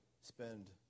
spend